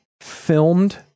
filmed